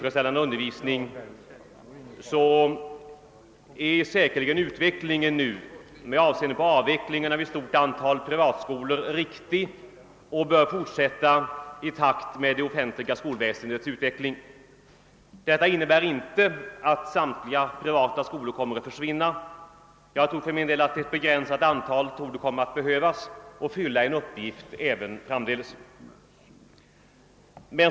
fredsställande undervisning, är utvecklingen med avseende på avvecklingen av ett stort antal privatskolor säkerligen riktig och bör fortsätta i takt med det offentliga skolväsendets utbyggnad. Detta innebär inte att samtliga privata skolor kommer att försvinna. Jag tror för min del att ett begränsat antal kommer att behövas och fylla en uppgift även framdeles.